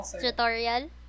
Tutorial